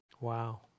Wow